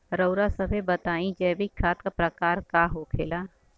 रउआ सभे बताई जैविक खाद क प्रकार के होखेला?